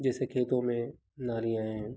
जैसे खेतो में नालियाँ हैं